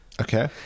okay